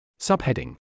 Subheading